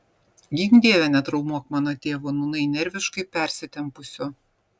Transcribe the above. gink dieve netraumuok mano tėvo nūnai nerviškai persitempusio